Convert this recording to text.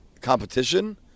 competition